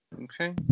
Okay